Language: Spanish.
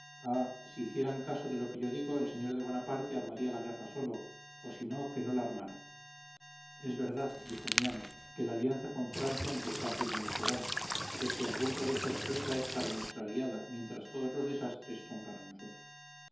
si hicieran caso de lo que yo digo el señor de bonaparte armaría la guerra solo o si no que no la armara es verdad dijo mi amo que la alianza con francia nos está haciendo mucho daño pues si algún provecho resulta es para nuestra aliada mientras todos los desastres son para nosotros